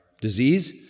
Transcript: disease